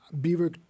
Beaver